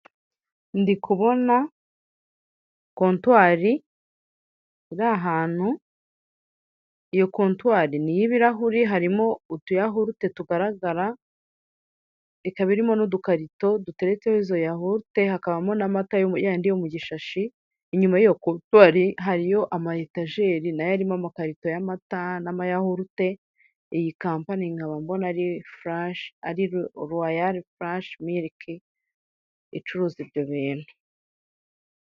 Ndi kubona kontwari iri ahantu, iyo kontwari ni iy'ibirahure harimo utuyahurute tugaragara, ikaba irimo n'udukarito duteretseho izo yahurute hakabamo n'amata yayandi yo mugishashi, inyuma y'iyo kontwari hariyo ama etajeri nayo arimo amakarito y'amata n'amayahurute, iyi kampani nkaba mbona ari Furashi ari Ruwayari furashi miriki icuruza ibyo bintu.